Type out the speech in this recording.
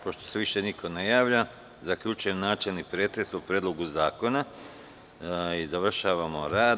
Pošto se više niko ne javlja za reč, zaključujem načelni pretres o Predlogu zakona i završavamo rad.